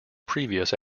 previous